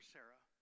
Sarah